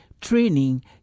training